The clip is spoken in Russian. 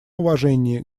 уважении